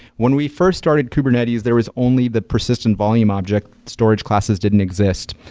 when we first started kubernetes, there was only the persistent volume object storage classes didn't exist,